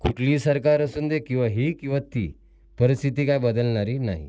कुठलीही सरकार असू दे किंवा ही किंवा ती परिस्थिती काही बदलणारी नाही